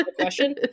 Question